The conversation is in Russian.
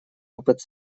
опыт